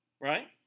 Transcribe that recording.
right